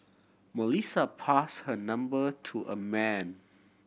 Melissa pass her number to a man